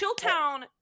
Chilltown